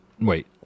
Wait